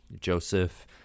Joseph